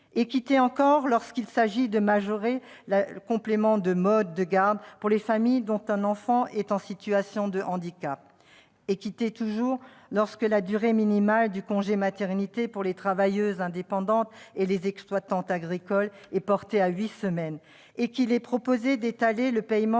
C'est encore d'équité qu'il s'agit quand le complément de mode de garde est majoré pour les familles dont un enfant est en situation de handicap, ou lorsque la durée minimale du congé maternité pour les travailleuses indépendantes et les exploitantes agricoles est portée à huit semaines